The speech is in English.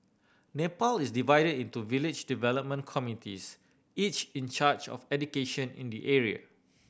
Nepal is divide into village development committees each in charge of education in the area